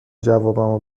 جوابمو